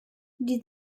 die